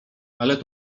ale